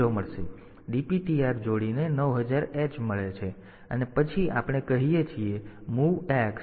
તેથી DPTR જોડીને 9000 h મળે છે અને પછી આપણે કહીએ છીએ MOVX Adptr